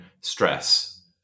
stress